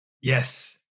Yes